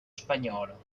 spagnolo